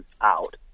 out